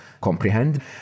comprehend